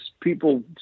people